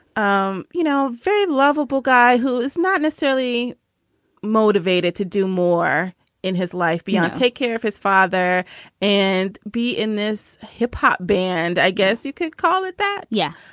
um you know, very lovable guy who is not necessarily motivated to do more in his life beyond take care of his father and be in this hip hop band. i guess you could call it that. yeah.